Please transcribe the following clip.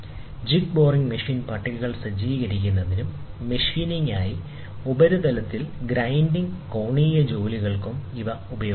jig boring മെഷീന്റെ പട്ടികകൾ സജ്ജീകരിക്കുന്നതിനും മെഷീനിങ് ആയി ഉപരിതലത്തിൽ ഗ്രൈൻഡിങ് കോണീയ ജോലികൾക്കും ഇവ ഉപയോഗിക്കുന്നു